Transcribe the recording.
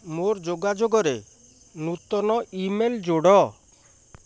ମୋର ଯୋଗାଯୋଗରେ ନୂତନ ଇମେଲ୍ ଯୋଡ଼